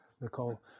Nicole